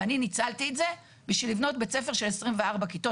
ואני ניצלתי את זה בשביל לבנות בית ספר של 24 כיתות